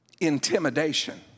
Intimidation